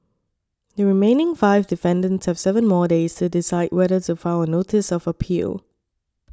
the remaining five defendants have seven more days to decide whether to file a notice of appeal